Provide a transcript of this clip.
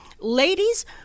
ladies